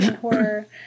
horror